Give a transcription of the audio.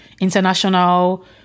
international